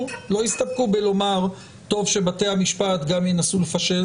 אם הסכום שחושב נמוך משכר הבסיס,